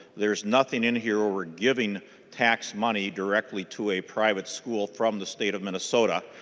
there's nothing in here were were giving tax money directly to a private school from the state of minnesota.